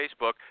Facebook